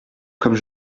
comme